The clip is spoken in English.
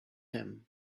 him